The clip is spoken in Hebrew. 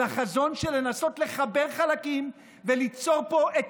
אלא חזון של לנסות לחבר חלקים וליצור פה את